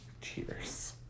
cheers